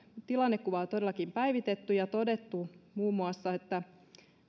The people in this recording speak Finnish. tilannekuvaa todellakin päivitetty ja todettu muun muassa että